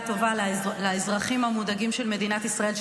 טובה לאזרחים המודאגים של מדינת ישראל,